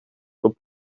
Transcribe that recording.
och